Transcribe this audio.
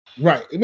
right